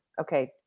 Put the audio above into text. okay